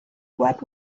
what